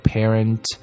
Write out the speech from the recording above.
Parent